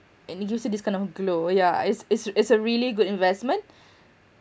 and you would see this kind of glow yeah it's it's it's a really good investment